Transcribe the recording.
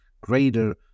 greater